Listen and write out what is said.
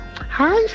Hi